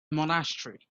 monastery